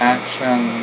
Action